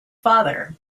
father